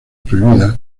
prohibidas